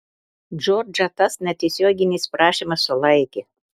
džordžą tas netiesioginis prašymas sulaikė